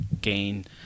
gain